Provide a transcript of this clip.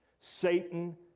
satan